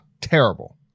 terrible